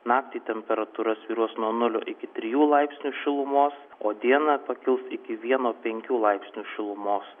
naktį temperatūra svyruos nuo nulio iki trijų laipsnių šilumos o dieną pakils iki vieno penkių laipsnių šilumos